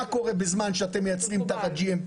מה קורה בזמן שאתם מייצרים תחת ה-GMP